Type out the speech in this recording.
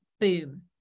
boom